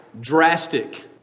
drastic